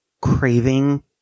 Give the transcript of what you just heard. craving